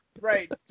Right